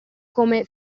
come